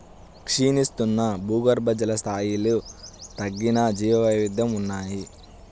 క్షీణిస్తున్న భూగర్భజల స్థాయిలు తగ్గిన జీవవైవిధ్యం ఉన్నాయి